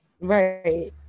Right